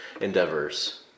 endeavors